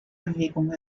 bewegung